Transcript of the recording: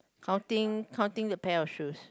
counting counting the pair of shoes